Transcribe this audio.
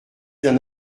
d’un